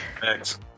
Thanks